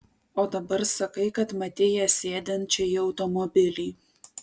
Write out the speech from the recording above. o dabar sakai kad matei ją sėdančią į automobilį